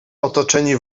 otoczeni